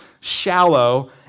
shallow